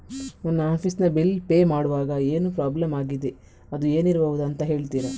ನನ್ನ ಆಫೀಸ್ ನ bill pay ಮಾಡ್ವಾಗ ಏನೋ ಪ್ರಾಬ್ಲಮ್ ಆಗಿದೆ ಅದು ಏನಿರಬಹುದು ಅಂತ ಹೇಳ್ತೀರಾ?